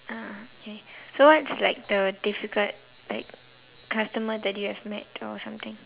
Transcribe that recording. uh K so what's like the difficult like customer that you have met or something